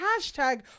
hashtag